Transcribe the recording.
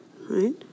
right